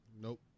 Nope